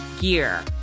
gear